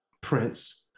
Prince